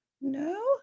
no